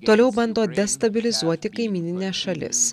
toliau bando destabilizuoti kaimynines šalis